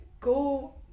go